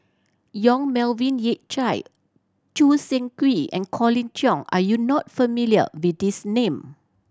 Yong Melvin Yik Chye Choo Seng Quee and Colin Cheong are you not familiar with these name